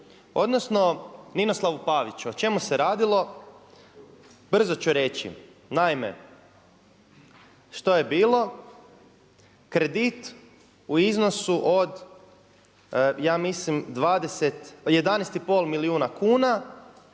odnosno Ninoslavu Paviću. O čemu se radilo? Brzo ću reći. Naime, što je bilo? Kredit u iznosu od ja mislim 11,5 milijuna kuna